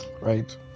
Right